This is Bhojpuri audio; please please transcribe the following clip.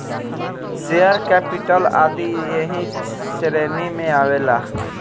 शेयर कैपिटल आदी ऐही श्रेणी में आवेला